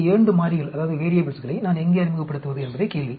இந்த 2 மாறிகளை நான் எங்கே அறிமுகப்படுத்துவது என்பதே கேள்வி